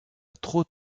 trop